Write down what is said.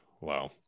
Wow